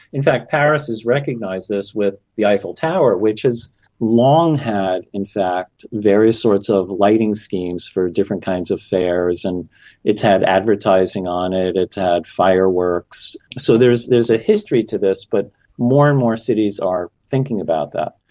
in fact paris has recognised this with the eiffel tower, which has long had in fact various sorts of lighting schemes for different kinds of fairs, and it's had advertising on it, it's had fireworks. so there's there's a history to this, but more and more cities are thinking about that.